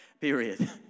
Period